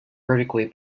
vertically